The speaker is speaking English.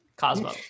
Cosmo